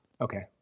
Okay